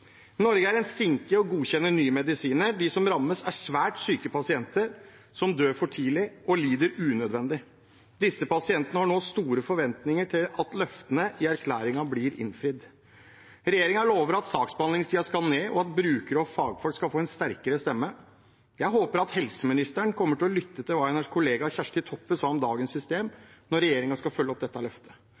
Norge er en sinke i å godkjenne nye medisiner. De som rammes, er svært syke pasienter som dør for tidlig og lider unødvendig. Disse pasientene har nå store forventninger til at løftene i erklæringen blir innfridd. Regjeringen lover at saksbehandlingstiden skal ned, og at brukere og fagfolk skal få en sterkere stemme. Jeg håper at helseministeren kommer til å lytte til hva hennes kollega Kjersti Toppe har sagt om dagens system, når regjeringen skal følge opp dette løftet.